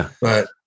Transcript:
but-